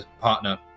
partner